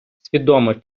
свідомо